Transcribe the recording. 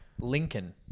Lincoln